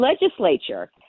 legislature